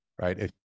right